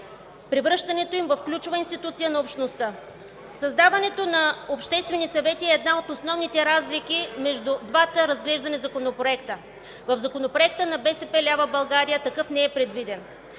превръщането им в ключова институция на общността. Създаването на обществени съвети е една от основните разлики между двата разглеждани законопроекта. В Законопроекта на „БСП лява България” такъв не е предвиден.